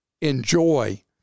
enjoy